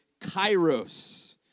kairos